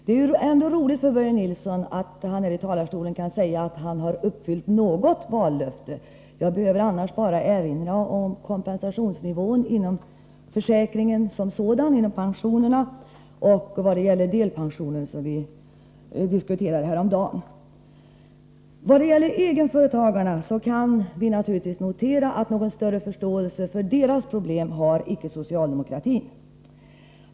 Det är väl roligt för Börje Nilsson att från talarstolen kunna säga att åtminstone något vallöfte uppfyllts. Jag behöver annars bara erinra om kompensationsnivån inom pensionssystemet, särskilt vad beträffar deltidspensionen, vilken vi ju diskuterade häromdagen. Vad gäller egenföretagarna kan vi, naturligtvis, notera att socialdemokraterna icke har någon större förståelse för deras problem.